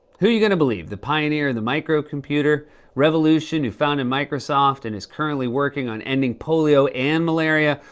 who are you going to believe, the pioneer of and the microcomputer revolution who founded microsoft and is currently working on ending polio and malaria?